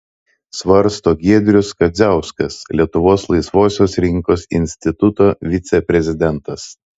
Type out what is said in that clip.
svarsto giedrius kadziauskas lietuvos laisvosios rinkos instituto viceprezidentas